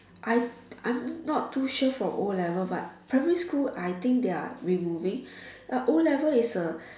I I'm not too sure for O-Level but primary school I think they are removing but O-Level is a